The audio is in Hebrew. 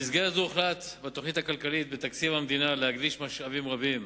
במסגרת זו הוחלט בתוכנית הכלכלה בתקציב המדינה להקדיש משאבים רבים